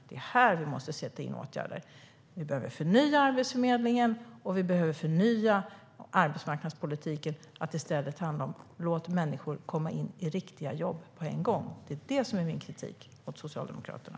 Det är här som vi måste sätta in åtgärder. Arbetsförmedlingen och arbetsmarknadspolitiken behöver förnyas. I stället bör det handla om: Låt människor komma in i riktiga jobb på en gång! Det är det som är min kritik mot Socialdemokraterna.